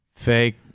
Fake